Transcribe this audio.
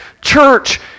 Church